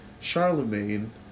Charlemagne